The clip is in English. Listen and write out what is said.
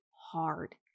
hard